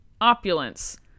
opulence